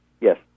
Yes